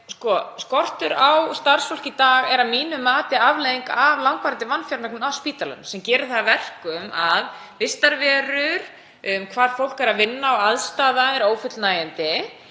Skortur á starfsfólki er að mínu mati afleiðing af langvarandi vanfjármögnun spítalans sem gerir það að verkum að vistarverur þar sem fólk er að vinna og aðstaða er ófullnægjandi.